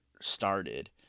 started